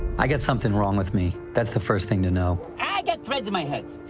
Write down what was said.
i got something wrong with me. that's the first thing to know. i got threads in my heads!